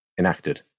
enacted